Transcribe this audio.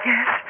Yes